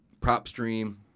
PropStream